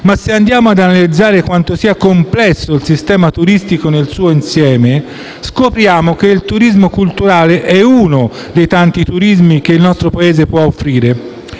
se andiamo ad analizzare quanto sia complesso il sistema turistico nel suo insieme, scopriamo che il turismo culturale è uno dei tanti turismi che il nostro Paese può offrire